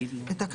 התש"ל-1970.